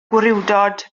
gwrywdod